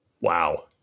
Wow